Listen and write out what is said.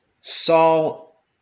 Saul